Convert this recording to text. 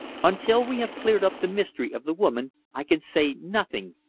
until we have cleared up the mystery of the woman i can say nothing,